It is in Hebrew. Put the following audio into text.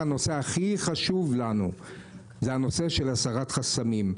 הנושא הכי חשוב לנו זה הנושא של הסרת חסמים.